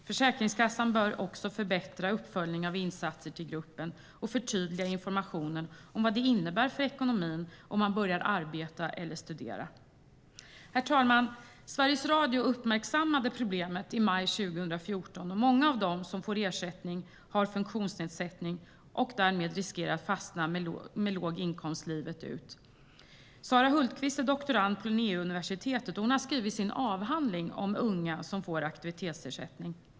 Försäkringskassan bör förbättra uppföljningen av insatser till gruppen och förtydliga informationen om vad det innebär för ekonomin om man börjar arbeta eller studera. Herr talman! Sveriges Radio uppmärksammade problemet i maj 2014. Många av dem som får ersättning har funktionsnedsättning och riskerar därmed att fastna med låg inkomst livet ut. Sara Hultqvist är doktorand på Linnéuniversitetet och har skrivit sin avhandling om unga som får aktivitetsersättning.